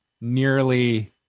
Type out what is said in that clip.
nearly